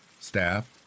staff